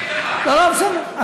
אני אגיד לך, לא, בסדר.